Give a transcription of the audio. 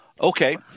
okay